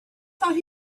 thought